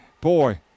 boy